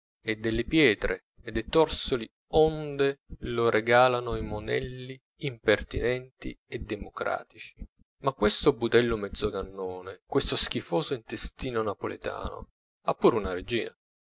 e delle pietre e dei torsoli onde lo regalano i monelli impertinenti e democratici ma questo budello mezzocannone questo schifoso intestino napoletano ha pur una regina